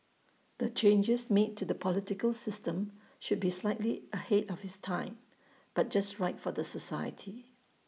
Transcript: the changes made to the political system should be slightly ahead of its time but just right for the society